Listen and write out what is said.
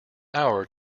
hour